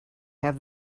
have